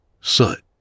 Sut